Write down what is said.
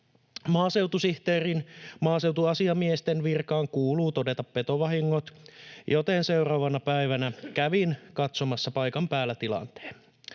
Maaseutusihteerin, maaseutuasiamiesten virkaan kuuluu todeta petovahingot, joten seuraavana päivänä kävin katsomassa paikan päällä tilanteen.